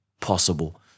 possible